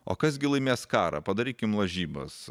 o kas gi laimės karą padarykim lažybas